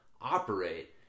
operate